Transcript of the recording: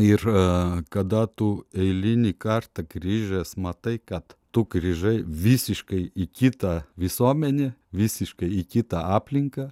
ir kada tu eilinį kartą grįžęs matai kad tu grįžai visiškai į kitą visuomenę visiškai į kitą aplinką